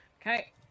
Okay